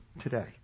today